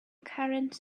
current